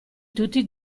tutti